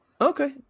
Okay